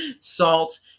salt